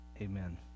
amen